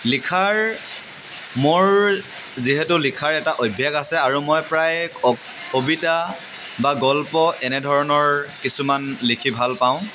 লিখাৰ মোৰ যিহেতু লিখাৰ এটা অভ্যাস আছে আৰু মই প্ৰায় ক কবিতা বা গল্প এনেধৰণৰ কিছুমান লিখি ভাল পাওঁ